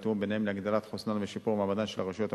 והתיאום ביניהם להגדלת חוסנן ושיפור מעמדן של הרשויות המקומיות.